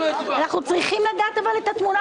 אבל קודם אנחנו צריכים לדעת את התמונה הכוללת.